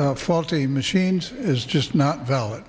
by faulty machines is just not valid